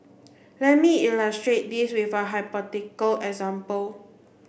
let me illustrate this with a hypothetical example